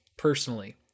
personally